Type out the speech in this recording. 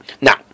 Now